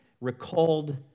recalled